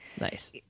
nice